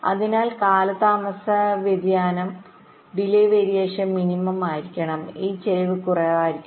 അതിനാൽ കാലതാമസ വ്യതിയാനം മിനിമം ആയിരിക്കണം ഈ ചരിവ് കുറവായിരിക്കണം